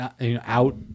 out